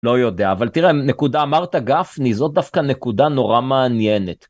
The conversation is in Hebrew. לא יודע, אבל תראה, נקודה אמרת גפני, זאת דווקא נקודה נורא מעניינת.